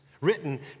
written